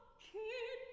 can